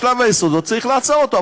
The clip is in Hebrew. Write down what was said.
בשלב היסודות צריך לעצור אותו.